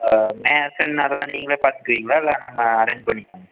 Mason அதெல்லாம் நீங்களே பார்த்துக்குவிங்களா இல்லை நம்ம அரேஞ்ச் பண்ணிக்கலாமா